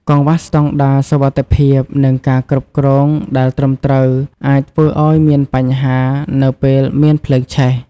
កង្វះស្តង់ដារសុវត្ថិភាព និងការគ្រប់គ្រងដែលត្រឹមត្រូវអាចធ្វើឱ្យមានបញ្ហានៅពេលមានភ្លើងឆេះ។